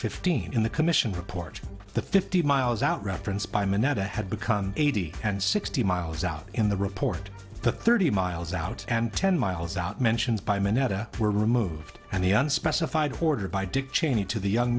fifteen in the commission report the fifty miles out reference by moneta had become eighty and sixty miles out in the report for thirty miles out and ten miles out mentions by minetta were removed and the unspecified order by dick cheney to the young